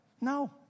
No